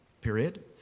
period